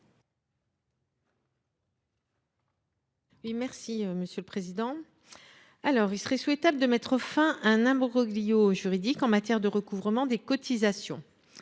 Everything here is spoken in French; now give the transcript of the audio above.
Mme Pascale Gruny. Il serait souhaitable de mettre fin à un imbroglio juridique en matière de recouvrement des cotisations.